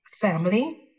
family